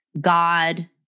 God